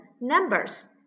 numbers